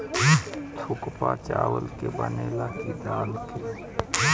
थुक्पा चावल के बनेला की दाल के?